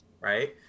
right